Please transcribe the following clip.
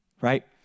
right